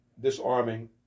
disarming